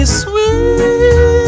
sweet